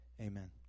Amen